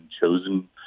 chosen